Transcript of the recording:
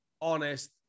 honest